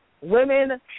women